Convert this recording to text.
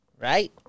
right